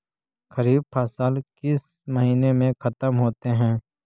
खरिफ फसल किस महीने में ख़त्म होते हैं?